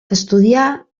estudià